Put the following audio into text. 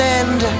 end